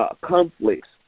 conflicts